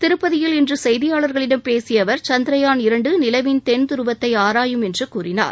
திருப்பதியில் இன்று செய்தியாளர்களிடம் பேசிய அவர் சந்திரயான் இரண்டு நிலவின் தென் துருவத்தை ஆராயும் என்று கூறினார்